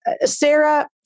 Sarah